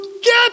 get